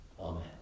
Amen